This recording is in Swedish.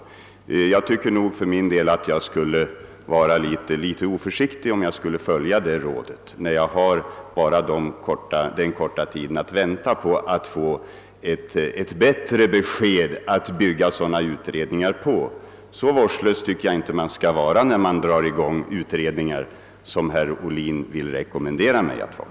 Jag skulle nog vara litet oförsiktig om jag följde detta råd, eftersom jag inte behöver vänta längre på att få ett bättre besked att bygga en sådan utredning på. Så vårdslös tycker jag inte man skall vara när man tillsätter utredningar som herr Ohlin rekommenderar mig att vara.